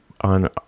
on